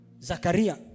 Zachariah